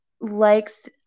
likes